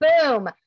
boom